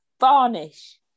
Varnish